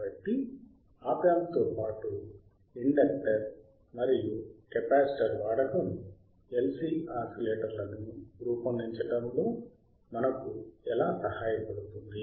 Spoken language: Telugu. కాబట్టి ఆప్ యాంప్ తో పాటు ఇండక్టర్ మరియు కెపాసిటర్ వాడకం LC ఆసిలేటర్లను రూపొందించడంలో మనకు ఎలా సహాయపడుతుంది